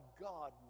God